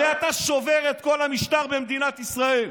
הרי אתה שובר את כל המשטר במדינת ישראל,